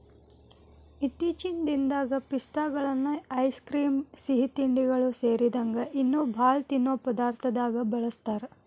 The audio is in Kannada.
ಇತ್ತೇಚಿನ ದಿನದಾಗ ಪಿಸ್ತಾಗಳನ್ನ ಐಸ್ ಕ್ರೇಮ್, ಸಿಹಿತಿಂಡಿಗಳು ಸೇರಿದಂಗ ಇನ್ನೂ ಬಾಳ ತಿನ್ನೋ ಪದಾರ್ಥದಾಗ ಬಳಸ್ತಾರ